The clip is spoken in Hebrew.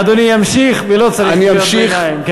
אדוני ימשיך ולא צריך קריאות ביניים.